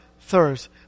thirst